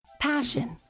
Passion